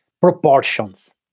proportions